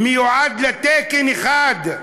מיועד לה תקן אחד,